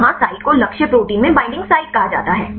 जहां साइट को लक्ष्य प्रोटीन में बाइंडिंग साइट कहा जाता है